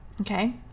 okay